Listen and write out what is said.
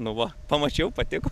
nu va pamačiau patiko